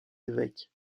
évêques